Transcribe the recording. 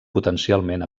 potencialment